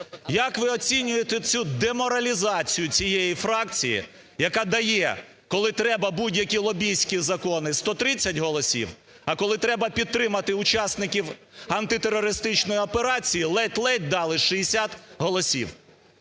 Як ви оцінюєте цю деморалізацію цієї фракції, яка дає, коли треба будь-які лобістські закони, 130 голосів, а коли треба підтримати учасників антитерористичної операції, ледь-ледь дали 60 голосів?